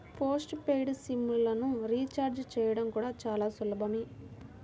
post paid sim లను recharge చేయడం కూడా చాలా సులభమే